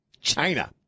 China